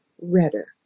redder